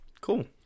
Cool